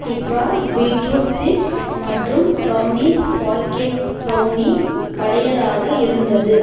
டிபா beetroot chips மற்றும் brownies packet brownie பழையதாக இருந்தது